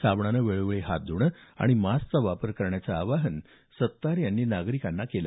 साबणाने वेळोवेळी हात ध्णे आणि मास्कचा वापर करण्याचं आवाहन सत्तार यांनी नागरिकांना केलं